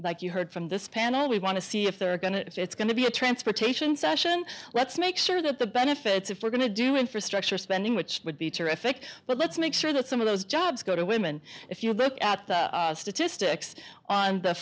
like you heard from this panel we want to see if they're going to say it's going to be a transportation session let's make sure that the benefits if we're going to do infrastructure spending which would be terrific but let's make sure that some of those jobs go to women if you look at the statistics on the